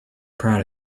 proud